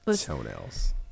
toenails